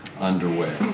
underway